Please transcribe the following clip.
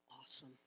awesome